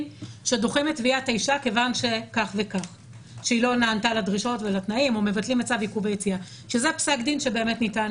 שנים כדי שאנחנו נעקוב אחר אופן ביצוע